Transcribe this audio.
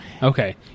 Okay